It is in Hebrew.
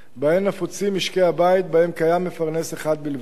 שבהן נפוצים משקי-הבית שבהם קיים מפרנס אחד בלבד.